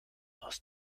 aus